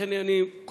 לכן אני קורא